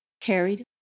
carried